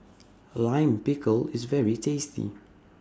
Lime Pickle IS very tasty